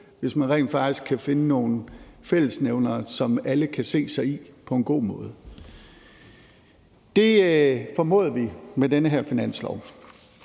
hvis man rent faktisk kan finde nogle fællesnævnere, som alle kan se sig selv i på en god måde. Det formåede vi med den her finanslovsaftale.